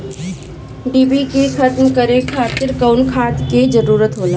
डिभी के खत्म करे खातीर कउन खाद के जरूरत होला?